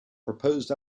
proposed